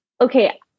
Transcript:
okay